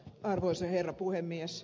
arvoisa herra puhemies